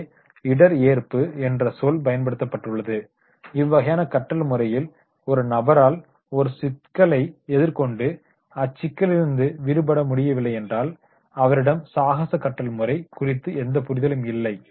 இங்கே இடர் ஏற்பு என்ற சொல் பயன்படுத்தப்பட்டுள்ளது இவ்வகையான கற்றல் முறையில் ஒரு நபரால் ஒரு சிக்கலை எதிர்கொண்டு அச்சிக்கலிலிருந்து விடுபட முடியவில்லை என்றால் அவரிடம் சாகச கற்றல் முறை குறித்த எந்த புரிதலும் இல்லை